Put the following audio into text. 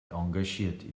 engagiert